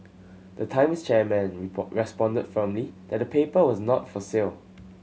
the Times chairman report responded firmly that the paper was not for sale